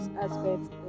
aspects